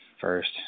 first